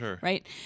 right